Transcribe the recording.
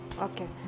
Okay